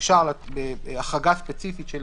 אפשר החרגה ספציפית של